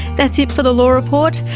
that's it for the law report.